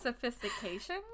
sophistication